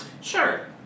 Sure